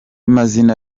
mazina